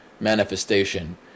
manifestation